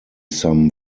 some